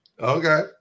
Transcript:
Okay